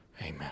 Amen